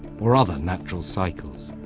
or other natural cycles.